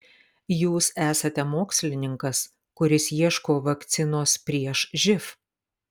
jūs esate mokslininkas kuris ieško vakcinos prieš živ